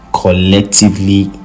collectively